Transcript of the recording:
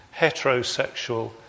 heterosexual